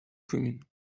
commune